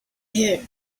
here